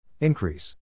Increase